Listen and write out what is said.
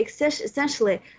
essentially